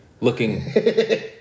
looking